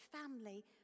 family